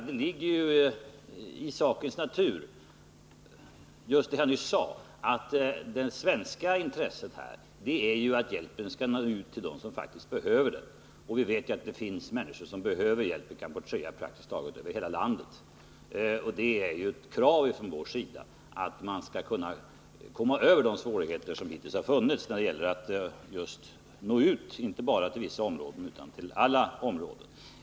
Det ligger i sakens natur, som jag nyss sade, att det svenska intresset är att hjälpen skall nå ut till dem som faktiskt behöver den, och vi vet ju att det finns människor i Kampuchea som behöver hjälp, praktiskt taget över hela landet. Det är ett krav från vår sida att man skall övervinna de svårigheter som hittills har funnits när det gäller att nå ut med hjälpen, inte bara till vissa områden utan till alla områden.